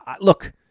look